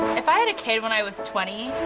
if i had a kid when i was twenty,